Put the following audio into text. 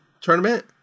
tournament